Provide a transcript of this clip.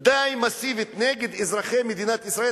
די מסיבית נגד אזרחי מדינת ישראל,